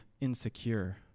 insecure